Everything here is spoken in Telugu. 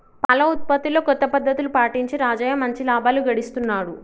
పాల ఉత్పత్తిలో కొత్త పద్ధతులు పాటించి రాజయ్య మంచి లాభాలు గడిస్తున్నాడు